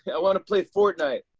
i want to play fortnite.